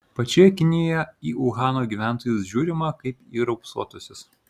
pačioje kinijoje į uhano gyventojus žiūrima kaip į raupsuotuosius